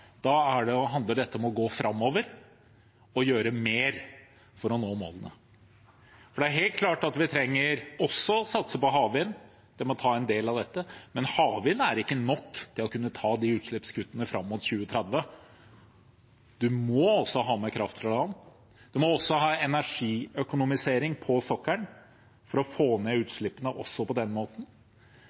da handler dette om å gå framover og gjøre mer for å nå målene. For det er helt klart at vi også trenger å satse på havvind – det må ta en del av dette – men havvind er ikke nok til å ta de utslippskuttene fram mot 2030. Vi må også ha med kraft fra land. Vi må også ha energieffektivisering på sokkelen for å få ned utslippene også på den måten.